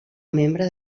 membre